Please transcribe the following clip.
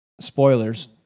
Spoilers